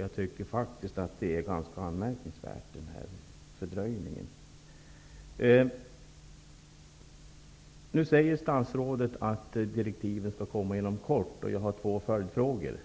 Jag tycker faktiskt att denna fördröjning är ganska anmärkningsvärd. Statsrådet säger att direktiven skall komma inom kort. Jag har därför två följdfrågor. Är